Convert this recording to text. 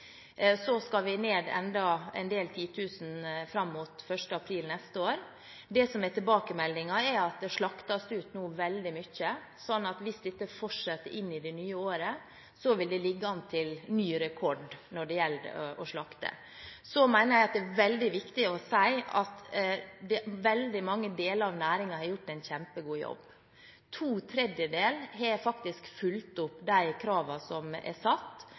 Så skal vi ned enda en del titusen fram mot 1. april neste år. Det som er tilbakemeldingen, er at det nå slaktes veldig mye, så hvis dette fortsetter inn i det nye året, vil det ligge an til ny rekord. Så mener jeg at det er viktig å si at veldig mange deler av næringen har gjort en kjempegod jobb. To tredjedeler har fulgt opp de kravene som er satt,